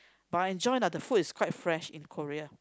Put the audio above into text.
but I enjoy lah the food is quite fresh in Korea